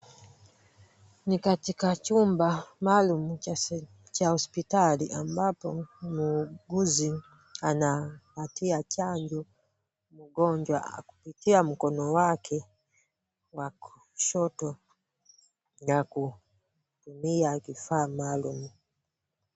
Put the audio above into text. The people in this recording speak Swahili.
Ni katika chumba maalum cha hospitali ambapo muuguzi anapatia chanjo mgonjwa kupitia mkono wake wa kushoto na kutumia kifaa maalum.